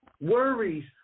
Worries